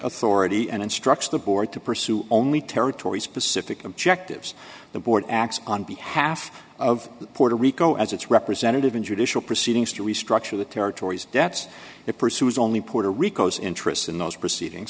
authority and instructs the board to pursue only territory specific objectives the board acts on behalf of puerto rico as its representative in judicial proceedings to restructure the territories debt's it pursues only puerto rico's interests in those proceedings